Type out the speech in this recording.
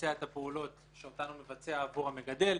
לבצע את הפעולות שאותן הוא מבצע עבור המגדל,